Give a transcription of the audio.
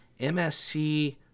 MSC